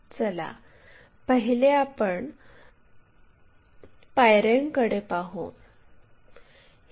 चला पहिले आपण पायऱ्यांकडे पाहू